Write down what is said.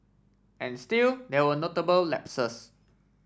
and still there were notable lapses